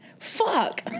Fuck